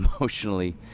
emotionally